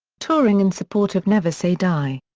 touring in support of never say die!